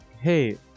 Hey